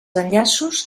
enllaços